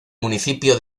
municipio